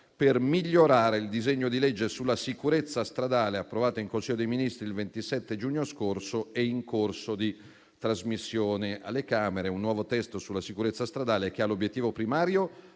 per migliorare il disegno di legge sulla sicurezza stradale approvato in Consiglio dei ministri il 27 giugno scorso e in corso di trasmissione alle Camere. Si tratta di un nuovo testo sulla sicurezza stradale che ha l'obiettivo primario